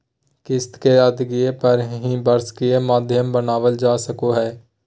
किस्त के अदायगी पर ही वार्षिकी के माध्यम बनावल जा सको हय